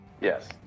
yes